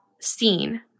seen